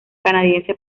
canadiense